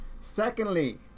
Secondly